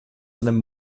seinem